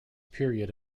period